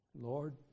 Lord